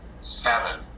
seven